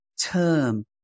term